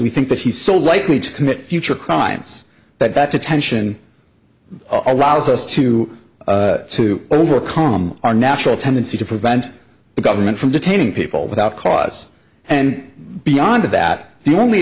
we think that he's so likely to commit future crimes that that attention allows us to to overcome our natural tendency to prevent the government from detaining people without cause and beyond that the only